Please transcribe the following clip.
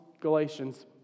Galatians